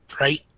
right